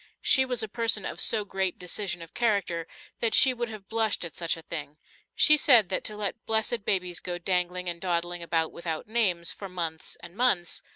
she was a person of so great decision of character that she would have blushed at such a thing she said that to let blessed babies go dangling and dawdling about without names, for months and months,